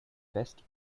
best